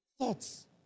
Thoughts